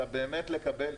אלא באמת לקבל.